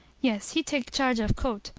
yes, he take charge of coat,